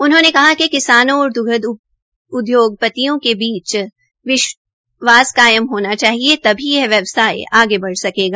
उन्होंने कहा कि किसानों और द्ग्ध उद्योगपतियों के बीच विश्वास कायम होना चाहिए तभी यह व्यवसाय बढ़ सकेगा